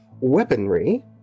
weaponry